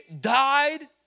died